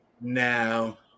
now